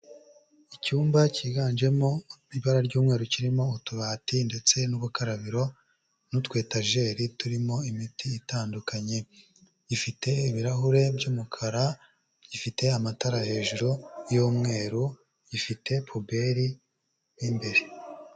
Icyumba kiganjemo ibara ry'umweru, kirimo utubati ndetse n'ubukarabiro n'utu etajeri turimo imiti itandukanye, gifite ibirahure by'umukara gifite amatara hejuru y'umweru, gifite puberi imbere.